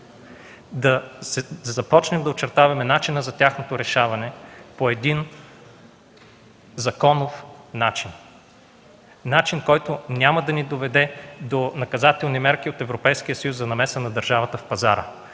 да започнем да очертаваме начина за тяхното решаване – по един законов начин, който няма да ни доведе до наказателни мерки от Европейския съюз за намеса на държавата в пазара.